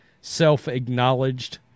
self-acknowledged